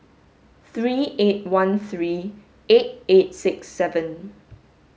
three eight one three eight eight six seven